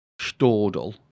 Stordal